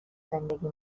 زندگی